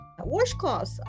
washcloths